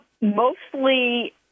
Mostly